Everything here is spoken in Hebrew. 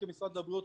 כמשרד הבריאות,